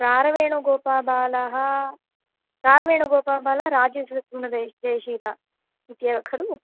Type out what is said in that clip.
रारवेणुगोपाबालः रारवेणुगोपबालः राजेशि जयशीलः इत्येव खलु